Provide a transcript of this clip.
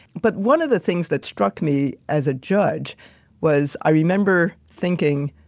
but one of the things that struck me as a judge was, i remember thinking,